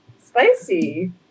Spicy